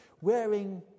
wearing